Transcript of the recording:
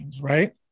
right